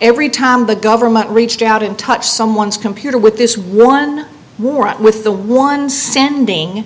every time the government reached out in touch someone's computer with this one warrant with the one sending